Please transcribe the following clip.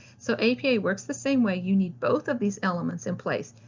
so apa works the same way. you need both of these elements in place.